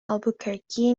albuquerque